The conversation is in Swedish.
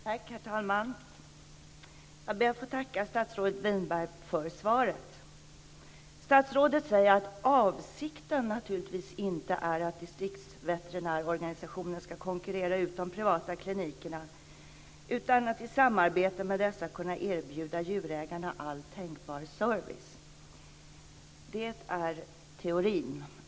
Herr talman! Jag ber att få tacka statsrådet Winberg för svaret. Statsrådet säger att avsikten naturligtvis inte är att distriktsveterinärorganisationen ska konkurrera ut de privata klinikerna utan att i samarbete med dessa kunna erbjuda djurägarna all tänkbar service. Det är teorin.